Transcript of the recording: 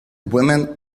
woman